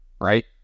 right